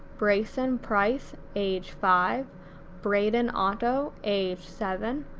brayson price age five brayden otto age seven,